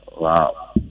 wow